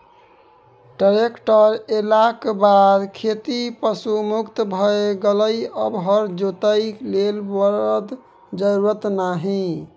tractor एलाक बाद खेती पशु मुक्त भए गेलै आब हर जोतय लेल बरद जरुरत नहि